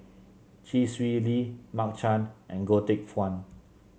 Chee Swee Lee Mark Chan and Goh Teck Phuan